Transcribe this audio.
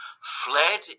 fled